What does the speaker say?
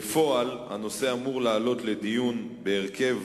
בפועל, הנושא אמור לעלות לדיון בהרכב